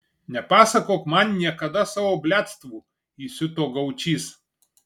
nepasakok man niekada savo bliadstvų įsiuto gaučys